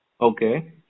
Okay